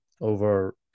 over